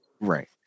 Right